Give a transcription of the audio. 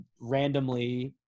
randomly